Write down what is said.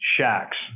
shacks